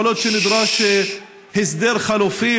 יכול להיות שנדרש הסדר חלופי,